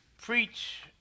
preach